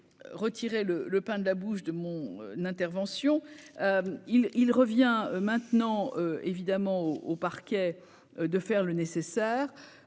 retiré le le pain de la bouche de mon n'intervention il il revient maintenant évidemment au au parquet de faire le nécessaire